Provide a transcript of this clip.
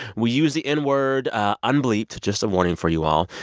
we use the n word un-bleeped just a warning for you all.